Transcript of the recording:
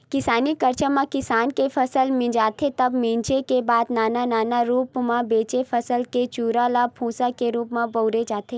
किसानी कारज म किसान ह फसल मिंजथे तब मिंजे के बाद नान नान रूप म बचे फसल के चूरा ल भूंसा के रूप म बउरे जाथे